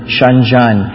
Shenzhen